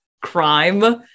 crime